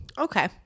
Okay